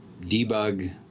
debug